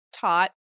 taught